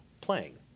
playing